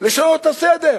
לשנות את הסדר.